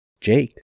Jake